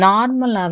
Normal